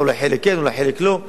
אולי חלק כן, אולי חלק לא.